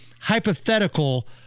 hypothetical